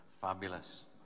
fabulous